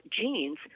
genes